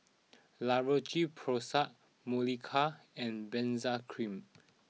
La Roche Porsay Molicare and Benzac Cream